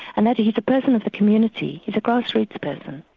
and and he's a person of the community, he's a grassroots person.